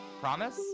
Promise